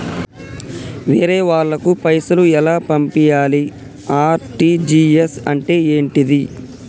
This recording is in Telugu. వేరే వాళ్ళకు పైసలు ఎలా పంపియ్యాలి? ఆర్.టి.జి.ఎస్ అంటే ఏంటిది?